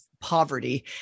poverty